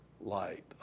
light